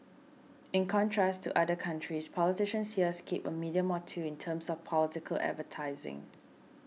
in contrast to other countries politicians here skip a medium more two in terms of political advertising